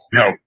no